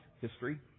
history